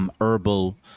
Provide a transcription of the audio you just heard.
herbal